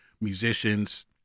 musicians